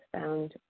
found